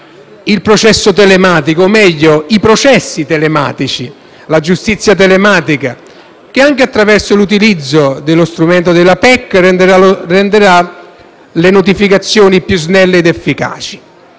la Commissione giustizia, cito i processi telematici e la giustizia telematica che, anche attraverso l'utilizzo dello strumento della PEC, renderanno le notificazioni più snelle ed efficaci;